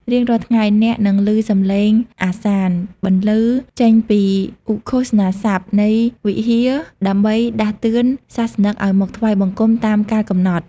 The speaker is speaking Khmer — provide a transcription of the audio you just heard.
រៀងរាល់ថ្ងៃ អ្នកនឹងឮសម្លេងអាហ្សាន បន្លឺចេញពីឧគ្ឃោសនសព្ទនៃវិហារ ដើម្បីដាស់តឿនសាសនិកឱ្យមកថ្វាយបង្គំតាមកាលកំណត់។